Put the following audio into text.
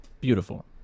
Beautiful